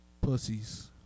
pussies